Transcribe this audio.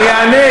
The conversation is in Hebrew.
אני אענה.